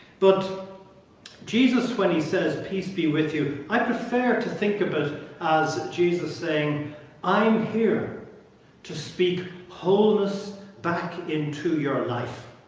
but jesus when he says peace be with you i prefer to think of it but as jesus saying i'm here to speak wholeness back into your life